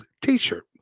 t-shirt